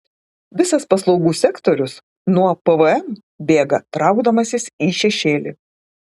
visas paslaugų sektorius nuo pvm bėga traukdamasis į šešėlį